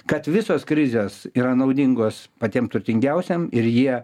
kad visos krizės yra naudingos patiem turtingiausiem ir jie